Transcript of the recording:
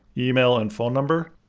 email and phone number.